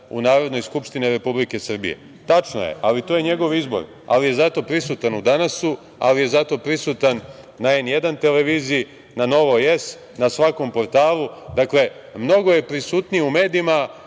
u Narodnoj skupštini Republike Srbije. Tačno je, ali to je njegov izbor, ali je zato prisutan u „Danasu“, ali je zato prisutan na „N1“ televiziji, na „Novoj S“, na svakom portalu. Dakle, mnogo je prisutniji u medijima